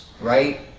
right